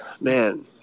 man